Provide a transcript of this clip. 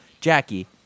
Jackie